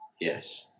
Yes